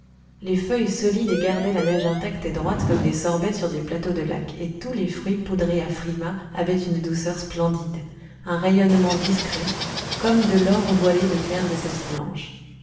les feuilles solides gardaient la neige intacte et droite comme des sorbets sur des plateaux de laque et tous les fruits poudrés à frimas avaient une douceur splendide un rayonnement discret comme de l'or voilé de claires étoffes blanches